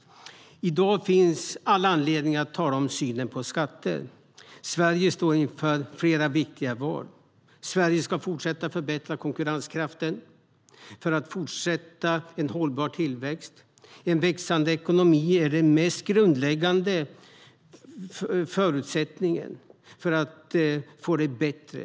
I dag finns all anledning att tala om synen på skatter. Sverige står inför flera viktiga val. Sverige ska fortsätta att förbättra konkurrenskraften för att fortsätta en hållbar tillväxt. En växande ekonomi är den mest grundläggande förutsättningen för att få det bättre.